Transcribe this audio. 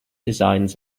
designs